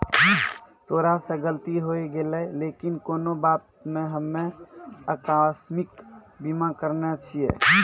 तोरा से गलती होय गेलै लेकिन कोनो बात नै हम्मे अकास्मिक बीमा करैने छिये